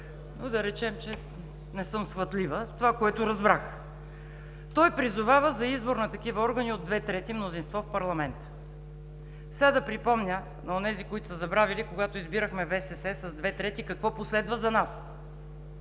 но да речем, че не съм схватлива. От това, което разбрах, той призовава за избор на такива органи от две трети мнозинство в парламента. Сега да припомня на онези, които са забравили, когато избирахме ВСС с две трети, какво последва за нас?